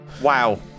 wow